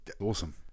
Awesome